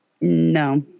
No